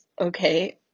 okay